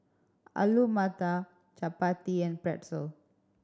Alu Matar Chapati and Pretzel